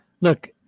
Look